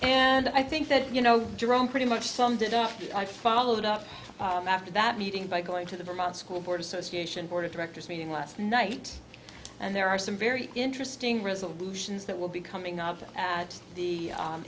and i think that you know drone pretty much summed it up i followed up after that meeting by going to the vermont school board association board of directors meeting last night and there are some very interesting resolutions that will be coming up at the